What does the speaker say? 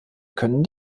können